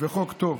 וחוק טוב.